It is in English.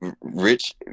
Rich